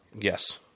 Yes